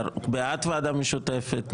אתה בעד ועדה משותפת?